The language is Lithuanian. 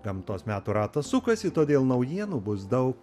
gamtos metų ratas sukasi todėl naujienų bus daug